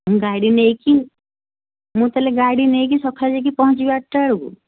ମୁଁ ଗାଡ଼ି ନେଇକି ମୁଁ ତାହାଲେ ଗାଡ଼ି ନେଇକି ସଖାଳେ ଯାଇକି ପହଞ୍ଚିବି ଆଠଟା ବେଳକୁ